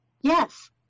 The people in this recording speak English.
Yes